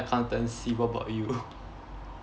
accountancy what about you